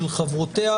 של חברותיה,